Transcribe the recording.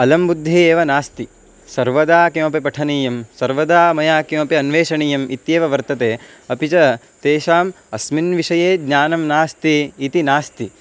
अलं बुद्धिः एव नास्ति सर्वदा किमपि पठनीयं सर्वदा मया किमपि अन्वेषणीयम् इत्येव वर्तते अपि च तेषाम् अस्मिन् विषये ज्ञानं नास्ति इति नास्ति